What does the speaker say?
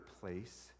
place